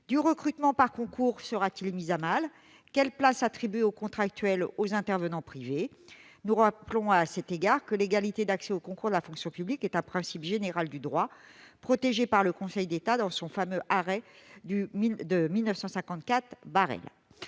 du recrutement par concours sera-t-il mis à mal ? Quelle place attribuer aux contractuels et aux intervenants privés ? Nous rappelons à cet égard que l'égalité d'accès aux concours de la fonction publique est un principe général du droit depuis le fameux arrêt du Conseil d'État de 1954.